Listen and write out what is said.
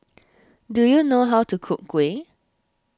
do you know how to cook Kuih